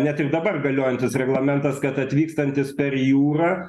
net ir dabar galiojantis reglamentas kad atvykstantis per jūrą